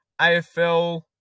AFL